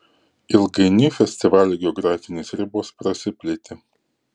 ilgainiui festivalio geografinės ribos prasiplėtė